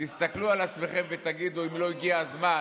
תסתכלו על עצמכם ותגידו אם לא הגיע הזמן